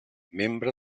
membre